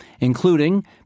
including